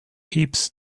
heaps